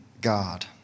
God